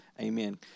Amen